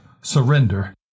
surrender